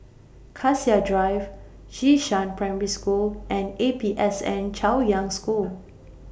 Cassia Drive Xishan Primary School and A P S N Chaoyang School